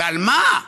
ועל מה?